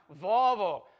Volvo